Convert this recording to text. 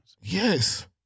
Yes